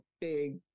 big